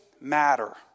Matter